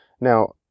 Now